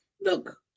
look